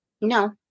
No